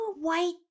white